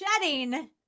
shedding